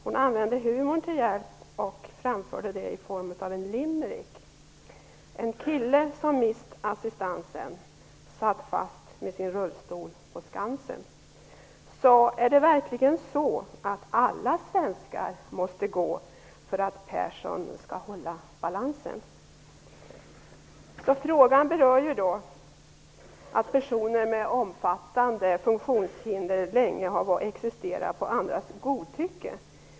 Hon tog humorn till hjälp för att framföra den, i form av en limerick: sa: Är det verkligen så, att alla svenskar måste gå för att Persson skall hålla balansen? Frågan utgår från att personer med omfattande funktionshinder länge har existerat på andras godtycke.